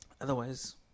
Otherwise